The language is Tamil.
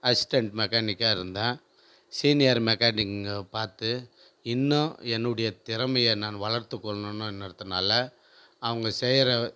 அசிஸ்டன்ட் மெக்கானிக்கா இருந்தேன் சீனியர் மெக்கானிக்குங்க பார்த்து இன்னும் என்னுடைய திறமையை நான் வளர்த்து கொள்ளணும்குறதுனால அவங்க செய்கிற